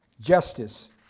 justice